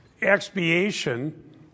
expiation